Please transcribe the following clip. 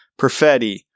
Perfetti